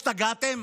השתגעתם?